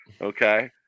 Okay